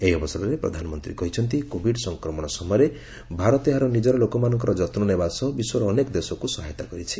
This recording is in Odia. ଏହି ଅବସରରେ ପ୍ରଧାନମନ୍ତ୍ରୀ କହିଛନ୍ତି କୋବିଡ୍ ସଫକ୍ରମଣ ସମୟରେ ଭାରତ ଏହାର ନିଜର ଲୋକମାନଙ୍କର ଯତ୍ନ ନେବା ସହ ବିଶ୍ୱର ଅନେକ ଦେଶକୁ ସହାୟତା କରିଛି